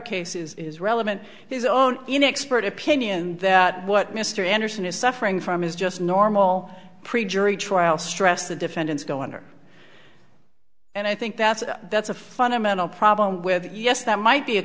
case is relevant his own in expert opinion that what mr anderson is suffering from is just normal procedure a trial stress the defendants go under and i think that's that's a fundamental problem with yes that might be a